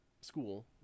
school